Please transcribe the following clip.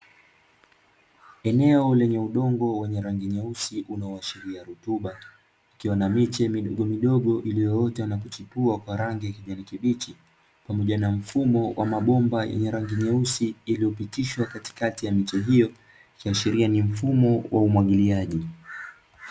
Eneo lenye udongo wenye rangi nyeusi unaoashiria rutuba, likiwa na miche midogomidogo iliyoota na kuchipua kwa rangi ya kijani kibichi, pamoja na mfumo wa mabomba yenye rangi nyeusi iliyopitishwa katikati ya miche hiyo ikihashiria ni mfumo wa umwagiliaji.